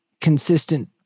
consistent